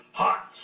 hot